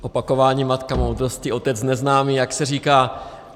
Opakování matka moudrosti, otec neznámý, jak se říká.